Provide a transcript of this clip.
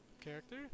character